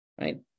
Right